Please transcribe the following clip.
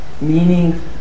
Meaning